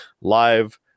live